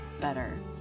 better